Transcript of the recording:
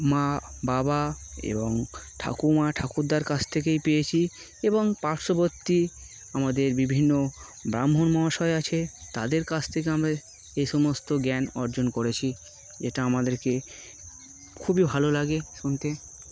মা বাবা এবং ঠাকুমা ঠাকুরদার কাছ থেকেই পেয়েছি এবং পার্শ্ববর্তী আমাদের বিভিন্ন ব্রাহ্মণ মহাশয় আছে তাদের কাছ থেকে আমরা এ সমস্ত জ্ঞান অর্জন করেছি যেটা আমাদেরকে খুবই ভালো লাগে শুনতে